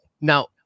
Now